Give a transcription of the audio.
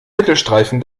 mittelstreifen